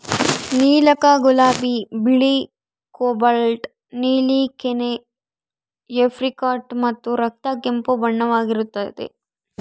ನೀಲಕ ಗುಲಾಬಿ ಬಿಳಿ ಕೋಬಾಲ್ಟ್ ನೀಲಿ ಕೆನೆ ಏಪ್ರಿಕಾಟ್ ಮತ್ತು ರಕ್ತ ಕೆಂಪು ಬಣ್ಣವಾಗಿರುತ್ತದೆ